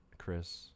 Chris